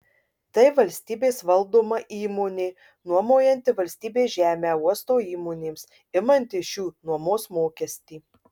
tai valstybės valdoma įmonė nuomojanti valstybės žemę uosto įmonėms imanti iš jų nuomos mokestį